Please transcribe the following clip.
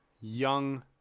young